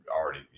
already